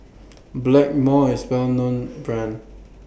Blackmores IS A Well known Brand